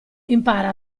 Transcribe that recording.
impara